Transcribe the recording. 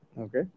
Okay